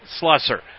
Slusser